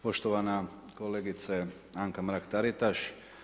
Poštovana kolegice Anka Mrak-TAritaš.